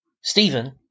Stephen